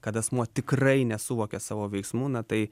kad asmuo tikrai nesuvokia savo veiksmų na tai